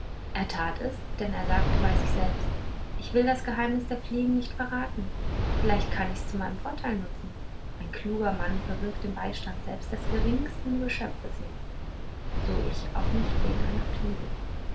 er tat es denn er sagte bei sich selbst ich will das geheimnis der fliegen nicht verraten vielleicht kann ich's zu meinem vorteil nutzen ein kluger mann verwirft den beistand selbst des geringsten geschöpfes nicht so ich auch nicht den einer fliege